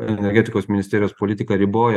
energetikos ministerijos politika riboja